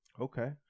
Okay